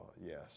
yes